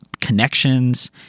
connections